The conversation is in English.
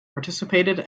participated